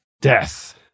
death